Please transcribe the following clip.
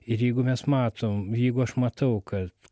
ir jeigu mes matom jeigu aš matau kad